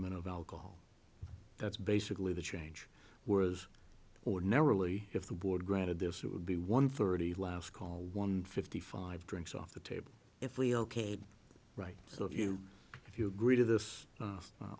ent of alcohol that's basically the change was ordinarily if the board granted this would be one thirty last call one fifty five drinks off the table if we ok right so if you if you agree to this